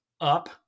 up